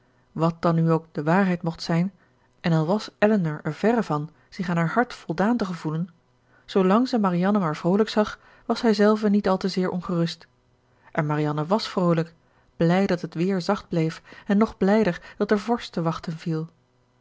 wàt dan nu ook de waarheid mocht zijn en al was elinor er verre van zich in haar hart voldaan te gevoelen zoolang ze marianne maar vroolijk zag was zijzelve niet al te zeer ongerust en marianne wàs vroolijk blij dat het weer zacht bleef en nog blijder dat er vorst te wachten viel